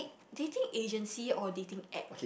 dating agency or dating app